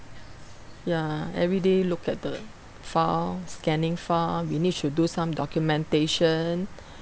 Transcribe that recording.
ya everyday look at the file scanning file we need do some documentation